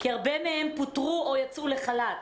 כי הרבה מהם פוטרו או יצאו לחל"ת,